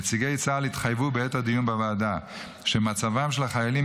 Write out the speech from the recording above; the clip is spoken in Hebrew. נציגי צה"ל התחייבו בעת הדיון בוועדה שמצבם של החיילים